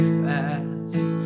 fast